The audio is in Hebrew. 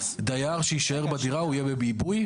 דייר שיישאר בדירה יהיה בעיבוי.